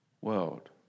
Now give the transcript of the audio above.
world